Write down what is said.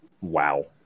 Wow